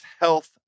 Health